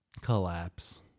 collapse